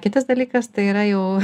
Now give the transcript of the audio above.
kitas dalykas tai yra jau